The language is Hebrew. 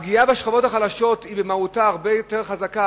הפגיעה בשכבות החלשות היא במהותה הרבה יותר חזקה,